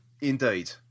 Indeed